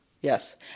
Yes